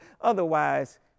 Otherwise